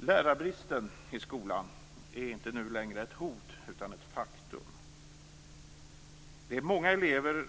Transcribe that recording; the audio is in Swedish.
Lärarbristen i skolan är inte längre ett hot utan ett faktum. Det är många elever